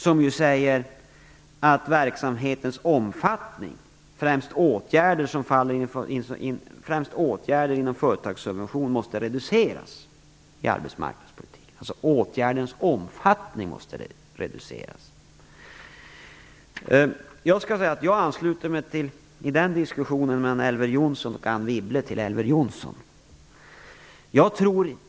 Hon säger att verksamhetens omfattning främst när det gäller åtgärder inom företagssubvention måste reduceras i arbetsmarknadspolitiken. Åtgärdens omfattning måste reduceras. Jag måste säga att jag i diskussionen mellan Anne Wibble och Elver Jonsson ansluter mig till Elver Jonsson.